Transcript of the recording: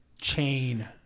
chain